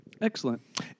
Excellent